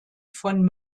von